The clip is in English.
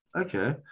Okay